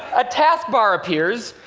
a task bar appears,